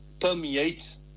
permeates